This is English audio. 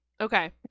Okay